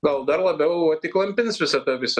gal dar labiau įklampins visą tą visą